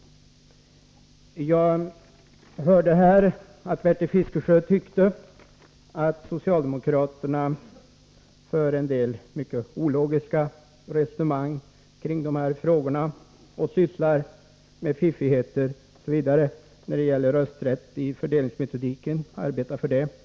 Bertil Fiskesjö ansåg att socialdemokraterna för en del mycket ologiska resonemang kring dessa frågor och sysslar med fiffigheter osv. när det gäller rösträtten i fördelningsmetodiken. Jag vill inte polemisera mot honom i dag. Jag vill att vi skall gå in i beredningen med en öppen strävan att nå fram till resultat. Polemik i dag gynnar inte dessa strävanden. Jag ber därmed att få yrka bifall till utskottets hemställan.